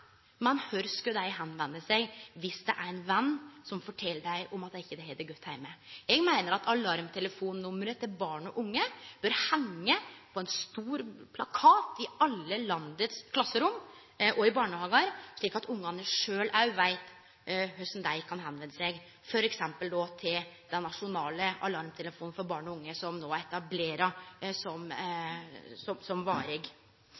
men kvar skal dei vende seg viss ein ven fortel dei om at han ikkje har det godt heime? Eg meiner at alarmtelefonnummeret for barn og unge bør henge på ein stor plakat i alle landets klasserom og i barnehagar, slik at ungane sjølve veit kvar dei skal vende seg, f.eks. til den nasjonale alarmtelefonen for barn og unge, som no er etablert som varig.